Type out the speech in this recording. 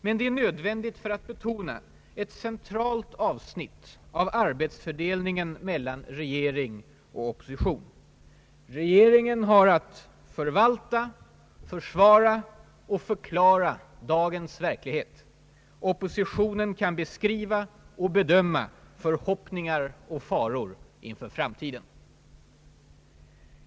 Men det är nödvändigt för att betona ett centralt avsnitt av arbetsfördelningen mellan regering och opposition. Regeringen har att förvalta, försvara och förklara dagens verklighet. Oppositionen kan beskriva och bedöma förhoppningar och faror inför framtiden.